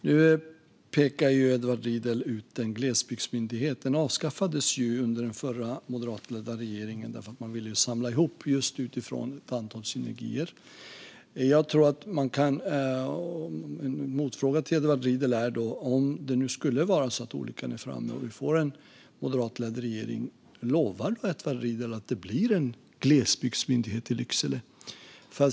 Nu pekar Edward Riedl ut en glesbygdsmyndighet. Den avskaffades under den förra moderatledda regeringen därför att man ville samla ihop det hela just utifrån ett antal synergier. Jag har en motfråga till Edward Riedl. Om det nu skulle vara så att olyckan är framme och vi får en moderatledd regering - lovar Edward Riedl att det då blir en glesbygdsmyndighet i Lycksele?